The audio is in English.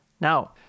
Now